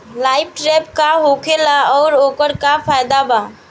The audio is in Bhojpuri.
लाइट ट्रैप का होखेला आउर ओकर का फाइदा बा?